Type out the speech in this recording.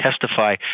testify